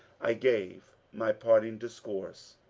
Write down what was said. i gave my parting discourse.